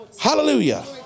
Hallelujah